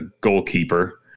goalkeeper